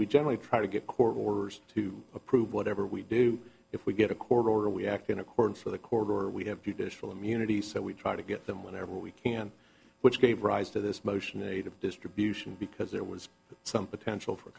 we generally try to get court orders to approve whatever we do if we get a court order we act in accordance with the court or we have judicial immunity so we try to get them whenever we can which gave rise to this motion eight of distribution because there was some potential for